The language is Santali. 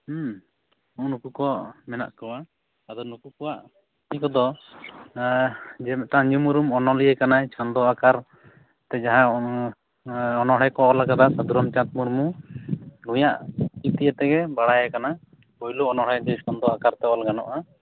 ᱱᱩᱜ ᱱᱩᱠᱩ ᱠᱚ ᱢᱮᱱᱟᱜ ᱠᱚᱣᱟ ᱟᱫᱚ ᱱᱩᱠᱩ ᱠᱚᱣᱟᱜ ᱛᱤ ᱠᱚᱫᱚ ᱡᱮ ᱢᱤᱫᱴᱟᱝ ᱧᱩᱢ ᱩᱨᱩᱢ ᱚᱱᱚᱞᱤᱭᱟᱹ ᱠᱟᱱᱟᱭ ᱪᱷᱚᱱᱫᱚ ᱟᱠᱟᱨ ᱛᱮ ᱡᱟᱦᱟᱸ ᱚᱱᱚᱬᱦᱮᱸ ᱠᱚ ᱚᱞᱟᱠᱟᱫᱟ ᱥᱟᱫᱷᱩᱨᱟᱢ ᱪᱟᱸᱫᱽ ᱢᱩᱨᱢᱩ ᱱᱩᱭᱟᱜ ᱛᱮᱜᱮ ᱵᱟᱲᱟᱭ ᱟᱠᱟᱱᱟ ᱯᱳᱭᱞᱳ ᱚᱱᱚᱬᱦᱮᱸ ᱡᱮ ᱪᱷᱚᱱᱫᱚ ᱟᱠᱟᱨ ᱛᱮ ᱚᱞ ᱜᱟᱱᱚᱜᱼᱟ